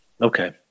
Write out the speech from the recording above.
okay